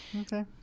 okay